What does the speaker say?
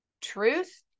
truth